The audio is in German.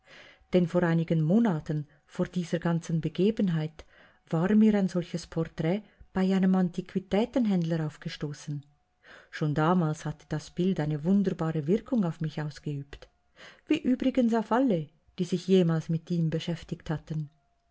denn vor einigen monaten vor dieser ganzen begebenheit war mir ein solches porträt bei einem antiquitätenhändler aufgestoßen schon damals hatte das bild eine wunderbare wirkung auf mich ausgeübt wie übrigens auf alle die sich jemals mit ihm beschäftigt hatten